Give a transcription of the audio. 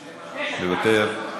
מוותר,